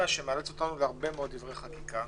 מאלץ אותנו להכין הרבה מאוד דברי חקיקה.